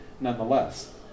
nonetheless